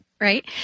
right